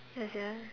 ya sia